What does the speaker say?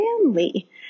family